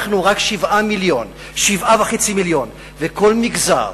אנחנו רק 7 מיליון, 7.5 מיליון, וכל מגזר